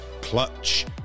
clutch